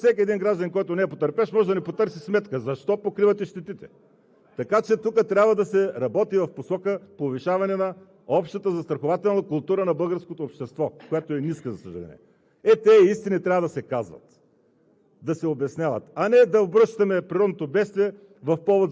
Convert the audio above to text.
а не от държавата, не от общите данъци. Защото всеки един гражданин, който не е потърпевш, може да ни потърси сметка: защо покривате щетите? Така че тук трябва да се работи в посока повишаване на общата застрахователна култура на българското общество, която е ниска, за съжаление. Ето тези истини трябва да се казват,